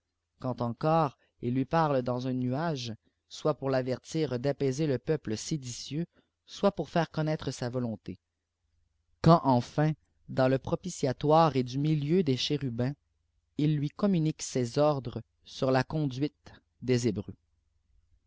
and encore il lui parle d tns un nuage soit pour f avertir d'apaiser le peuple sédiew soit pour faire connaitie sa volonté uand enfin dans le propitiatoire et du milieu des chérubins il lui communiquib ses ordres w la conduite des hébreux